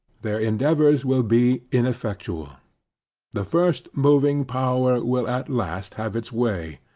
their endeavors will be ineffectual the first moving power will at last have its way,